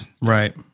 Right